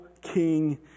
king